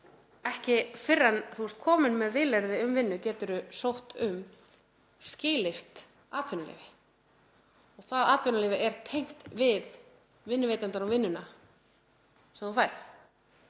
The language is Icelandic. ekki fyrr en þú ert kominn með vilyrði um vinnu sem þú getur sótt um skilyrt atvinnuleyfi og það atvinnuleyfi er tengt við vinnuveitandann og vinnuna sem þú færð.